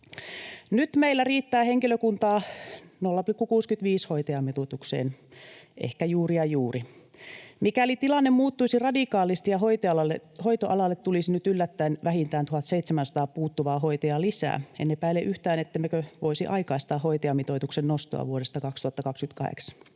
Nyt meillä riittää henkilökuntaa 0,65:n hoitajamitoitukseen, ehkä juuri ja juuri. Mikäli tilanne muuttuisi radikaalisti ja hoitoalalle tulisi nyt yllättäen vähintään 1 700 puuttuvaa hoitajaa lisää, en epäile yhtään, ettemmekö voisi aikaistaa hoitajamitoituksen nostoa vuodesta 2028.